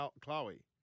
Chloe